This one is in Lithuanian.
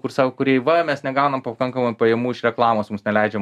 kur sako kūrėjai va mes negaunam pakankamai pajamų iš reklamos mums neleidžia